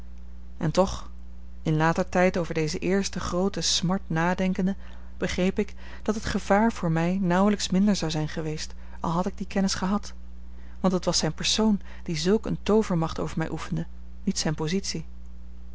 en toch in later tijd over deze eerste groote smart nadenkende begreep ik dat het gevaar voor mij nauwelijks minder zou zijn geweest al had ik die kennis gehad want het was zijn persoon die zulk een toovermacht over mij oefende niet zijn positie